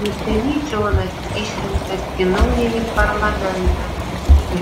neseniai džonas išrinktas į naująjį parlamentą